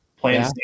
playing